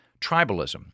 tribalism